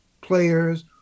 players